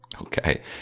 Okay